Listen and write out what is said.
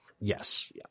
Yes